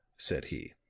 said he.